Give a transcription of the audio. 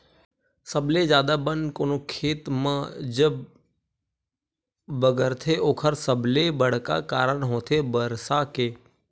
सबले जादा बन कोनो खेत म जब बगरथे ओखर सबले बड़का कारन होथे बरसा के